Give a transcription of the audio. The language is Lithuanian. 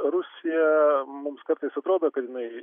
rusija mums kartais atrodo kad jinai